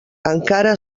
encara